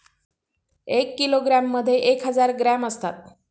एक किलोग्रॅममध्ये एक हजार ग्रॅम असतात